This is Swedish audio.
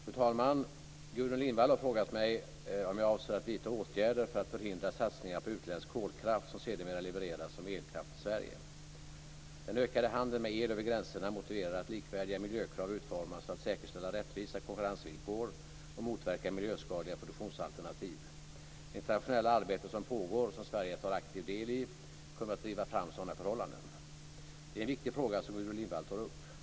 Fru talman! Gudrun Lindvall har frågat om jag avser att vidta åtgärder för att förhindra satsningar på utländsk kolkraft som sedermera levereras som elkraft till Sverige. Den ökade handeln med el över gränserna motiverar att likvärdiga miljökrav utformas för att säkerställa rättvisa konkurrensvillkor och motverka miljöskadliga produktionsalternativ. Det internationella arbete som pågår och som Sverige tar aktiv del i kommer att driva fram sådana förhållanden. Det är en viktig fråga som Gudrun Lindvall tar upp.